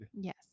yes